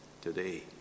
today